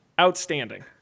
Outstanding